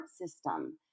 system